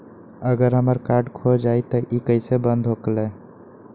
अगर हमर कार्ड खो जाई त इ कईसे बंद होकेला?